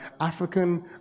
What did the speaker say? African